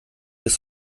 ist